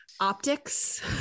Optics